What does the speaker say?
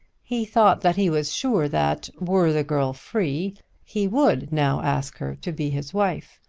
he thought that he was sure that were the girl free he would now ask her to be his wife.